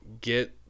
get